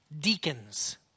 deacons